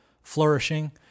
flourishing